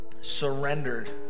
surrendered